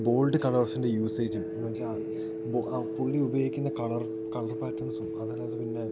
bold കളേഴ്സിൻറെ യൂസേജും എന്ന് വെച്ചാൽ ആ പുള്ളി ഉപയോഗിക്കുന്ന കളർ കളർ പാറ്റേൺസും അതല്ല അത് പിന്നെ